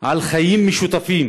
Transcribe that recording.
על חיים משותפים,